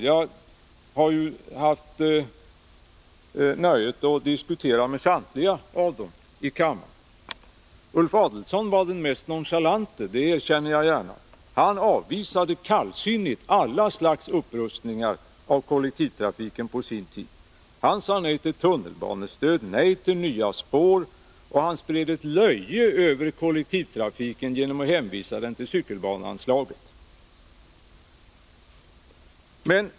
Jag har haft nöjet att diskutera med samtliga dessa kommunikationsministrar i kammaren. Ulf Adelsohn var den mest nonchalante — det erkänner jag gärna. Han avvisade på sin tid kallsinnigt alla slags upprustningar av kollektivtrafiken. Han sade nej till tunnelbanestöd, nej till nya spår, och han spred ett löje över kollektivtrafiken genom att hänvisa den till cykelbaneanslaget.